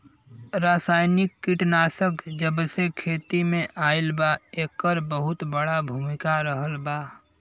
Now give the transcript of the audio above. रासायनिक कीटनाशक जबसे खेती में आईल बा येकर बहुत बड़ा भूमिका रहलबा